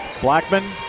Blackman